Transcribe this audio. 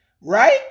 Right